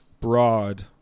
broad